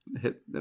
hit –